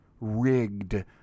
rigged